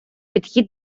підхід